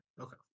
Okay